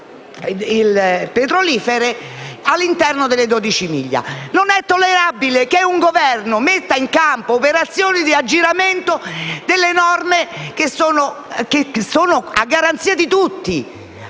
petrolifere all'interno delle 12 miglia. Non è tollerabile che un Governo metta in campo operazioni di aggiramento delle norme che sono a garanzia di tutti